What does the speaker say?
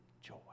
joy